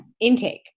intake